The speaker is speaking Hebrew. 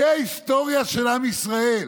זו ההיסטוריה של ישראל.